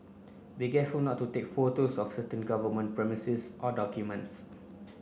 be careful not to take photos of certain government premises or documents